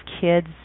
kids